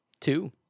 two